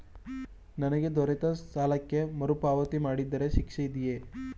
ನನಗೆ ದೊರೆತ ಸಾಲಕ್ಕೆ ಮರುಪಾವತಿ ಮಾಡದಿದ್ದರೆ ಶಿಕ್ಷೆ ಇದೆಯೇ?